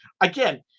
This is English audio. Again